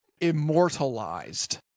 immortalized